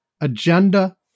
agenda